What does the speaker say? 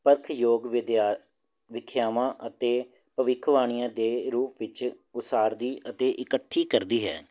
ਪਰਖ ਯੋਗ ਵਿਦਿਆਰ ਵਿਖਿਆਵਾਂ ਅਤੇ ਭਵਿੱਖਵਾਣੀਆਂ ਦੇ ਰੂਪ ਵਿੱਚ ਉਸਾਰਦੀ ਅਤੇ ਇਕੱਠੀ ਕਰਦੀ ਹੈ